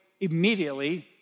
immediately